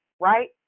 right